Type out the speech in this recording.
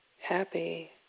happy